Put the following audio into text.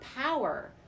power